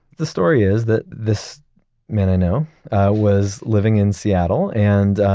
the story is that this man i know was living in seattle and